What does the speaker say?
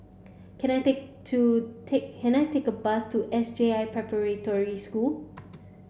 can I take to take can I take a bus to S J I Preparatory School